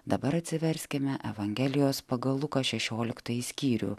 dabar atsiverskime evangelijos pagal luką šešioliktąjį skyrių